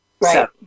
Right